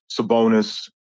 Sabonis